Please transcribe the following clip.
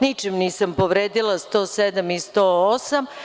Ničim nisam povredila članove 107. i 108.